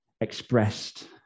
expressed